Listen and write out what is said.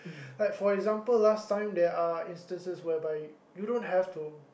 like for example last time there are instances whereby you don't have to